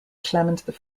clement